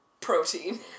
protein